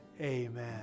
amen